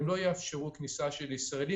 לא מבין,